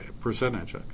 percentage